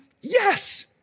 Yes